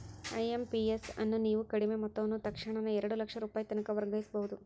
IMPS ಅನ್ನು ನೇವು ಕಡಿಮಿ ಮೊತ್ತವನ್ನ ತಕ್ಷಣಾನ ಎರಡು ಲಕ್ಷ ರೂಪಾಯಿತನಕ ವರ್ಗಾಯಿಸ್ಬಹುದು